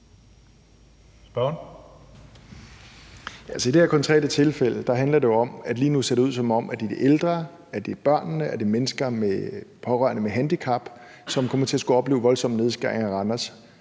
i det her konkrete tilfælde handler det jo om, at lige nu ser det ud, som om det er de ældre, børnene og mennesker med handicap og deres pårørende, som kommer til at skulle opleve voldsomme nedskæringer i Randers,